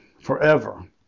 forever